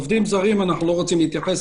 עובדים זרים - אנחנו לא מתייחסים.